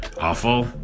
awful